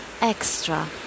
extra